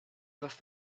with